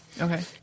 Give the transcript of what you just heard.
Okay